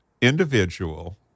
individual